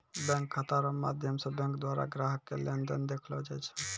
bank खाता रो माध्यम से बैंक द्वारा ग्राहक के लेन देन देखैलो जाय छै